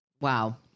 Wow